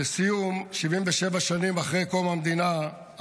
לסיום: 77 שנים אחרי קום המדינה,